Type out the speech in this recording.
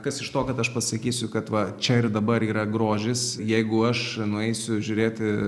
kas iš to kad aš pasakysiu kad va čia ir dabar yra grožis jeigu aš nueisiu žiūrėti